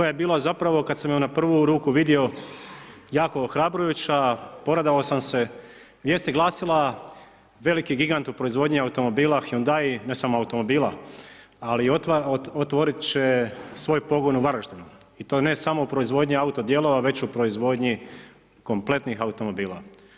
bila zapravo kad sam ju na prvu ruku vidio jako ohrabrujuća, poradovao sam se, vijest je glasila: „Veliki gigant u proizvodnji automobila Hyundai ne samo automobila, ali otvoriti će svoj pogon u Varaždinu“ i to ne samo u proizvodnji autodijelova već u proizvodnji kompletnih automobila.